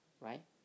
right